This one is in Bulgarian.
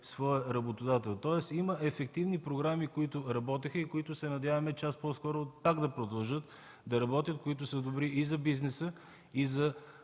своя работодател. Тоест има ефективни програми, които работеха и които се надяваме час по-скоро пак да продължат да работят – добри са и за бизнеса, и за